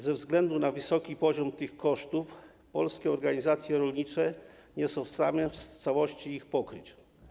Ze względu na wysoki poziom tych kosztów polskie organizacje rolnicze nie są w stanie w całości ich pokryć.